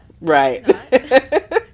Right